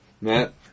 Matt